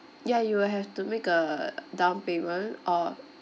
ya you will have to make a down payment or